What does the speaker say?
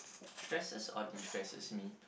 stresses or destresses me